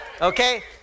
Okay